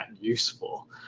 useful